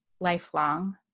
lifelong